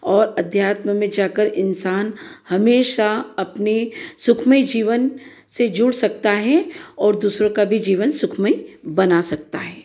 और अध्यात्म में जाकर इंसान हमेशा अपने सुखमय जीवन से जुड़ सकता है और दूसरों का भी जीवन सुखमय बना सकता है